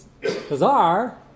bizarre